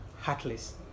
heartless